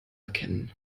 erkennen